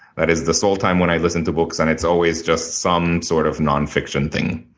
that is the sole time when i listen to books, and it's always just some sort of nonfiction thing.